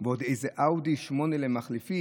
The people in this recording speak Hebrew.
ועוד איזה אאודי 8 לחליפי,